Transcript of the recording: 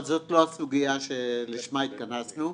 אבל זאת לא הסוגיה שלשמה התכנסנו,